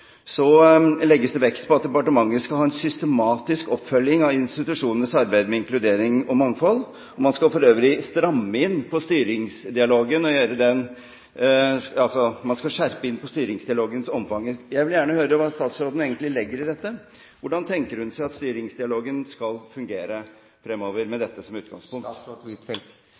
legges det vekt på at departementet skal ha en systematisk oppfølging av institusjonenes arbeid med inkludering og mangfold. Man skal for øvrig skjerpe inn styringsdialogens omfang. Jeg vil gjerne høre hva statsråden egentlig legger i dette. Hvordan tenker hun seg at styringsdialogen skal fungere fremover med dette som utgangspunkt? Styringsdialogen skal foregå omtrent som før, og da er det jo slik at